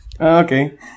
Okay